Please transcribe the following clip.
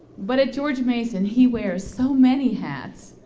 but at george mason he wears so many hats.